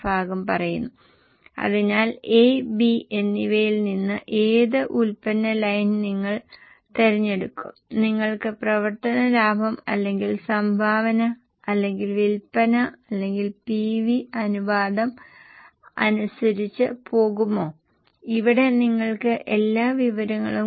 നൽകിയിരിക്കുന്ന ഡാറ്റയ്ക്കായി പോലും ഞങ്ങൾ അടുത്ത വർഷത്തേക്ക് പ്രൊജക്റ്റ് ചെയ്യുന്നില്ല സാധാരണ വിൽപ്പന വില കണക്കാക്കാൻ ഞങ്ങൾ ശ്രമിക്കുന്നു കൺസെഷണൽ വിൽപ്പന വില എത്രയാകും